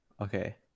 Okay